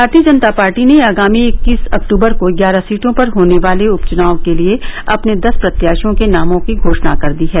भारतीय जनता पार्टी ने आगामी इक्कीस अक्ट्बर को ग्यारह सीटो पर होने वाले उप चुनाव के लिए अपने दस प्रत्याशियों के नामों की घो ाणा कर दी है